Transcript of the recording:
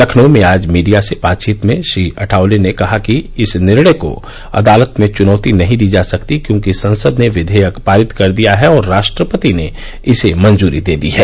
लखनऊ में आज मीडिया से बातचीत में श्री आठवले ने कहा कि इस निर्णय को अदालत में चुनौती नहीं दी जा सकती क्योंकि संसद ने विधेयक पारित कर दिया है और राष्ट्रपति ने इसे मंजूरी दे दी है